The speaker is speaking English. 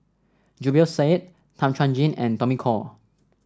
Zubir Said Tan Chuan Jin and Tommy Koh